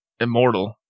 immortal